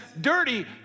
dirty